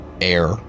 air